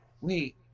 Wait